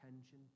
attention